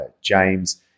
James